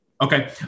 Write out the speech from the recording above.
Okay